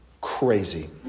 crazy